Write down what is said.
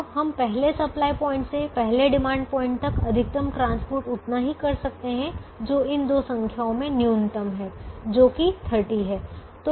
तो हम पहले सप्लाई पॉइंट से पहले डिमांड पॉइंट तक अधिकतम परिवहन उतना ही कर सकते हैं जो इन दो संख्याओं में न्यूनतम है जो की 30 है